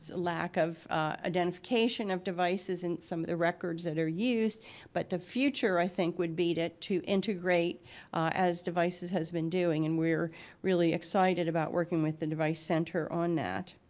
lack of identification of devices and some of the records that are used but the future i think would be that to integrate as devices has been doing and we were really excited about working with the device center on that.